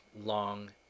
long